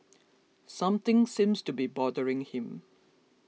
something seems to be bothering him